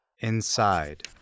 Inside